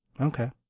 Okay